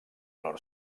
valor